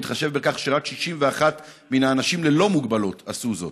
בהתחשב בכך שרק 61% מן האנשים ללא מוגבלות עשו זאת.